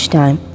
time